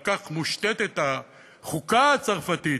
ועל כך מושתתת החוקה הצרפתית.